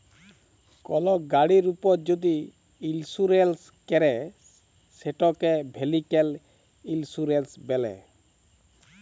call গাড়ির উপর যদি ইলসুরেলস ক্যরে সেটকে ভেহিক্যাল ইলসুরেলস ব্যলে